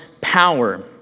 power